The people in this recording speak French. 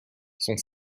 son